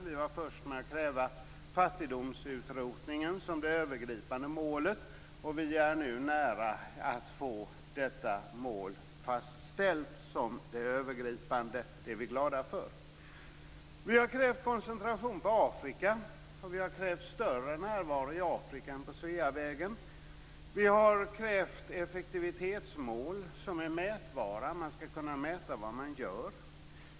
Vi var först med att kräva fattigdomsutrotningen som det övergripande målet. Vi är nu nära att få detta mål fastställt som det övergripande. Det är vi glada för. Vi har krävt koncentration på Afrika, och vi har krävt större närvaro i Afrika än på Sveavägen. Vi har krävt effektivitetsmål som är mätbara. Man skall kunna mäta vad man gör.